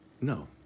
No